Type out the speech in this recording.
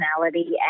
personality